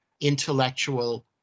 intellectual